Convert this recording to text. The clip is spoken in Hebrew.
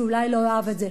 שאולי לא יאהב את זה,